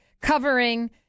covering